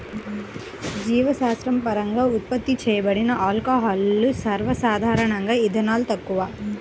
జీవశాస్త్రపరంగా ఉత్పత్తి చేయబడిన ఆల్కహాల్లు, సర్వసాధారణంగాఇథనాల్, తక్కువ